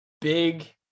big